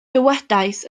dywedais